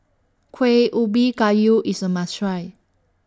Kuih Ubi Kayu IS A must Try